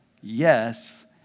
yes